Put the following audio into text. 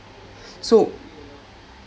so